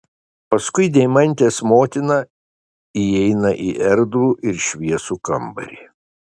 paskui deimantės motiną įeina į erdvų ir šviesų kambarį